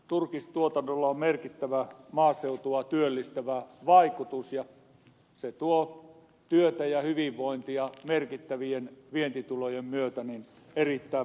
turkistuotannolla on merkittävä maaseutua työllistävä vaikutus ja se tuo työtä ja hyvinvointia merkittävien vientitulojen myötä erittäin monelle henkilölle